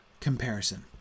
comparison